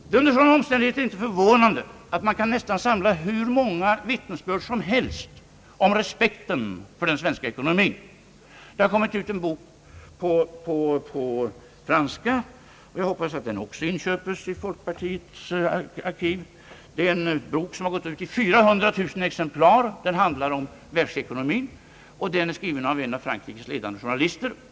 Det är under sådana omständigheter inte förvånande att man nästan kan samla hur många vittnesbörd som helst om respekten för den svenska ekonomin. Det har kommit ut en bok på franska — jag hoppas att den också inköps till folkpartiets arkiv — som har gått ut i 400 000 exemplar. Den handlar om världsekonomin, och den är skriven av en av Frankrikes ledande journalister.